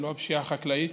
ולא הפשיעה החקלאית.